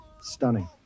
Stunning